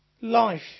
life